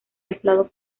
aislado